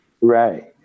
Right